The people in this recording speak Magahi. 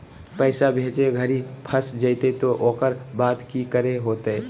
पैसा भेजे घरी फस जयते तो ओकर बाद की करे होते?